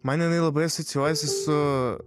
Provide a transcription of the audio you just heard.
man jinai labai asocijuojasi su